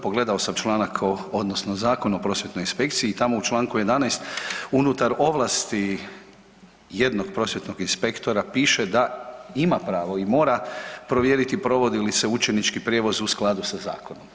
Pogledao sam članak, odnosno Zakon o Prosvjetnoj inspekciji i tamo u članku 11. unutar ovlasti jednog prosvjetnog inspektora piše da ima pravo i mora provjeriti provodi li se učenički prijevoz u skladu sa zakonom.